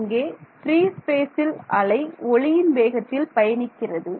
இங்கே பிரீ ஸ்பேசில் அலை ஒளியின் வேகத்தில் பயணிக்கிறது